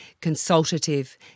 consultative